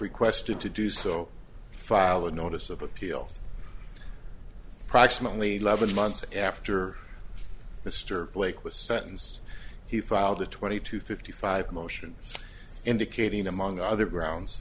free question to do so file a notice of appeal proximately loven months after mr blake was sentenced he filed a twenty to fifty five motion indicating among other grounds